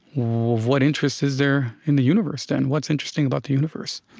what interest is there in the universe, then? what's interesting about the universe?